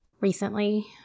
recently